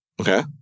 Okay